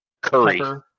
Curry